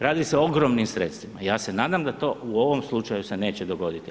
Radi se o ogromnim sredstvima, ja se nadam da to u ovom slučaju se neće dogoditi.